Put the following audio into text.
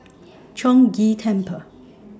Chong Ghee Temple